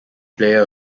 player